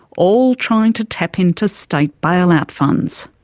all trying to tap into state bailout funds.